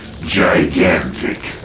gigantic